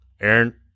Aaron